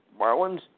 Marlins